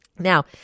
Now